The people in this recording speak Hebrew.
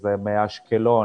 שזה מאשקלון